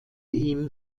ihm